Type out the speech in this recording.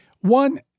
One